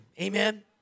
Amen